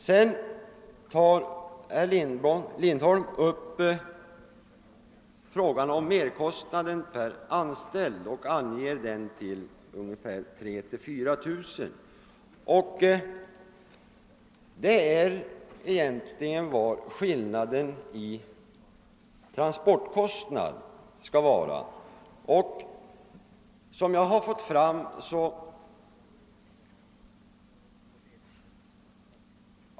Herr Lindholm tog också upp frågan om merkostnaden per anställd och angav den till 3 000—4 000 kr. Det är egentligen vad skillnaden i transportkostnaderna uppgår till.